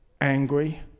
angry